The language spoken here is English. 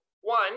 One